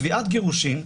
תביעת גירושין,